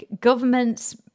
governments